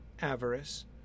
avarice